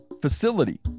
facility